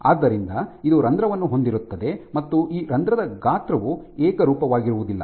ಆದ್ದರಿಂದ ಇದು ರಂಧ್ರವನ್ನು ಹೊಂದಿರುತ್ತದೆ ಮತ್ತು ಈ ರಂಧ್ರದ ಗಾತ್ರವು ಏಕರೂಪವಾಗಿರುವುದಿಲ್ಲ